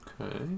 Okay